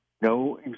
No